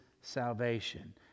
salvation